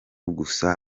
gusa